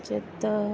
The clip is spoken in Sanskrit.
चेत्